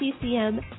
CCM